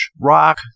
rock